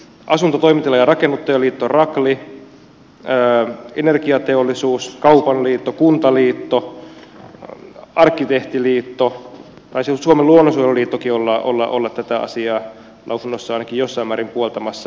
asunto toimitila ja rakennuttajaliitto rakli energiateollisuus kaupan liitto kuntaliitto arkkitehtiliitto taisi suomen luonnonsuojeluliittokin olla tätä asiaa lausunnossaan ainakin jossain määrin puoltamassa